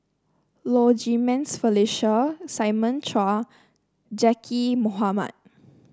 Low Jimenez Felicia Simon Chua Zaqy Mohamad